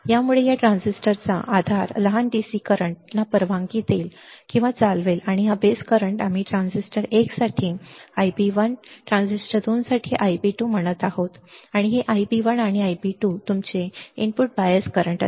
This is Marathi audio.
यामुळे या ट्रान्झिस्टरचा आधार लहान DC करंट ना परवानगी देईल किंवा चालवेल आणि हा बेस करंट आम्ही ट्रान्झिस्टर 1 साठी Ib1 ट्रान्झिस्टर 2 साठी Ib2 म्हणत आहोत आणि हे Ib1 आणि Ib2 हे तुमचे इनपुट बायस करंट असेल